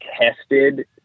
tested